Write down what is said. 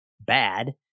bad